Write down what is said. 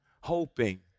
hoping